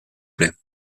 plait